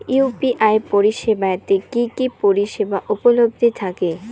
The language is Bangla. ইউ.পি.আই পরিষেবা তে কি কি পরিষেবা উপলব্ধি থাকে?